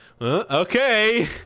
Okay